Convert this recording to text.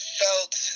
felt